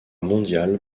mondiale